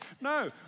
No